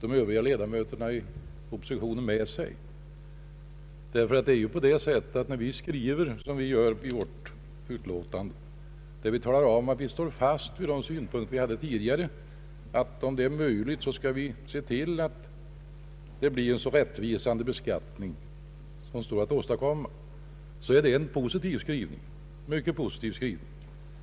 de övriga utskottsledamöterna i oppositionen med sig. När utskottet skriver som här skett i utlåtandet där det talas om att utskottet står fast vid de synpunkter som tidigare anförts, nämligen att det vill se till att det blir en så rättvis beskattning som möjligt, är detta en mycket positiv skrivning.